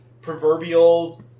proverbial